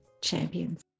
champions